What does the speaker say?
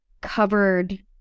covered